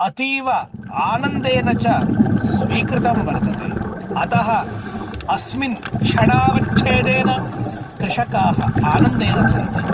अतीव आनन्देन च स्वीकृतं वर्तते अतः अस्मिन् क्षणावच्छेदेन कृषकाः आनन्देन सन्ति